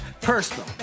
personal